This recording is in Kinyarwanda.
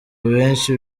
benshi